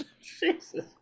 Jesus